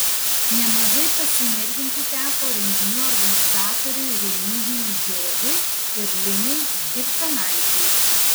nemažai pasinervinti teko renginių organizatoriui remigijui žiogui ir linai diktanaitei